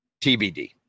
TBD